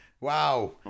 Wow